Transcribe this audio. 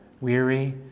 weary